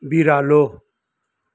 बिरालो